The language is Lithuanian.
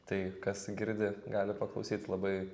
tai kas girdi gali paklausyt labai